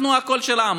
אנחנו הקול של העם.